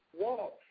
walk